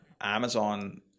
Amazon